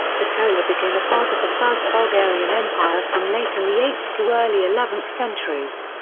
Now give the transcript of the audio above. bitola became a part of the first bulgarian empire from late in the eighth to early eleventh centuries.